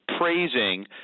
praising